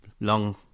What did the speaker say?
long